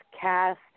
cast